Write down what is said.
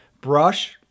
brush